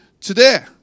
today